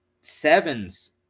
Sevens